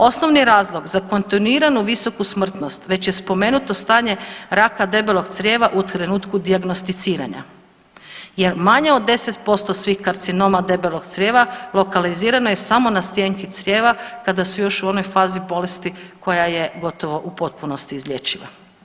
Osnovni razlog za kontinuiranu visoku smrtnost već je spomenuto stanje raka debelog crijeva u trenutku dijagnosticiranja, jer manje od deset posto svih karcinoma debelog crijeva lokalizirano je samo na stijenki crrijeva kada su još u onoj fazi bolesti koja je gotovo u potpunosti izlječiva.